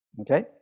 Okay